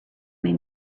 made